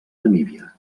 namíbia